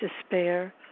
despair